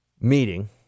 meeting